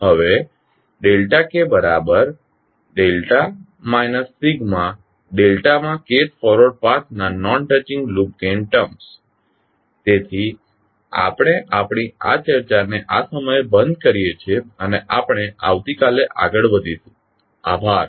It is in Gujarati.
હવે k Δ માં kth ફોરવર્ડ પાથના non touching loop gain terms તેથી આપણે આપણી આ ચર્ચાને આ સમયે બંધ કરીએ છે અને આપણે આવતી કાલે આગળ વધીશું આભાર